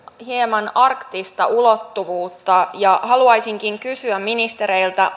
hieman arktista ulottuvuutta haluaisinkin kysyä ministereiltä